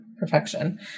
perfection